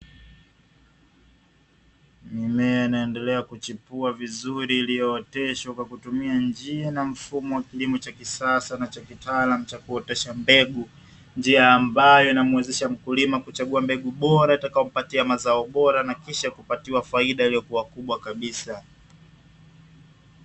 Mimea inaendelea kuchipua vizuri iliyooteshwa kwa kutumia njia na mfumo wa kilimo cha kisasa na cha kitaalamu cha kuotesha mbegu, njia ambayo inamwezesha mkulima kuchagua mbegu bora itakayompatia mazao bora na kisha kupatiwa faida iliyo kubwa kabisa.